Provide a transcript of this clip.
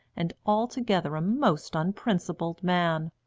and altogether a most unprincipled man.